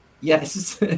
Yes